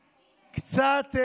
קצת,